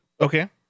Okay